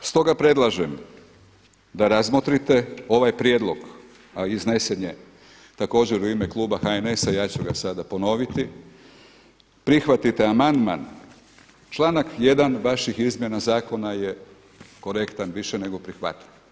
Stoga predlažem da razmotrite ovaj prijedlog, a iznesen je također u ime kluba HNS-a ja ću ga sada ponoviti, prihvatite amandman članak 1. vaših izmjena zakona je korektan, više nego prihvatljiv.